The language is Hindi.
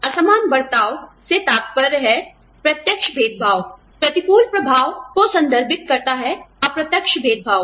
असमान बर्ताव से तात्पर्य है प्रत्यक्ष भेदभाव प्रतिकूल प्रभाव को संदर्भित करता है अप्रत्यक्ष भेदभाव